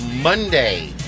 Monday